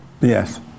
Yes